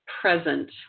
present